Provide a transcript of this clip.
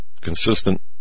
consistent